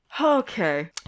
Okay